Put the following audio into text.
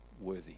worthy